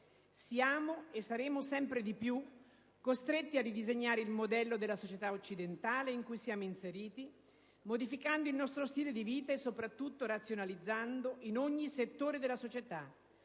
Siamo e saremo sempre più costretti a ridisegnare il modello della società occidentale in cui siamo inseriti, modificando il nostro stile di vita e, soprattutto, razionalizzando in ogni settore della società,